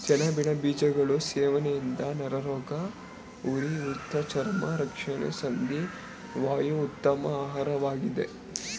ಸೆಣಬಿನ ಬೀಜಗಳು ಸೇವನೆಯಿಂದ ನರರೋಗ, ಉರಿಊತ ಚರ್ಮ ರಕ್ಷಣೆ ಸಂಧಿ ವಾಯು ಉತ್ತಮ ಆಹಾರವಾಗಿದೆ